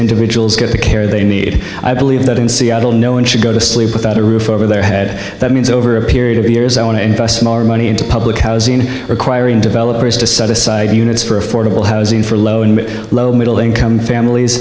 individuals get the care they need i believe that in seattle no one should go to sleep without a roof over their head that means over a period of years i want to invest more money into public housing and requiring developers to set aside units for affordable housing for low and low middle income families